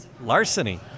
larceny